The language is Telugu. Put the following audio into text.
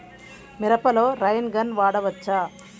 మిరపలో రైన్ గన్ వాడవచ్చా?